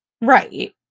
Right